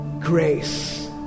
grace